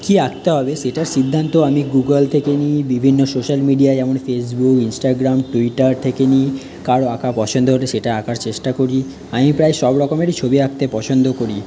কি আঁকতে হবে সেটার সিদ্ধান্ত আমি গুগল থেকে নিই বিভিন্ন সোশ্যাল মিডিয়া যেমন ফেসবুক ইনস্টাগ্রাম টুইটার থেকে নিই কারুর আঁকা পছন্দ হলে সেটা আঁকার চেষ্টা করি আমি প্রায় সবরকমেরই ছবি আঁকতে পছন্দ করি